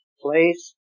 place